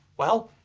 well,